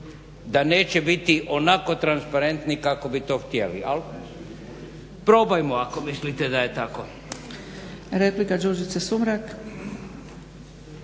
Da neće biti onako transparentni kako bi to htjeli. Ali probajmo ako mislite da je tako.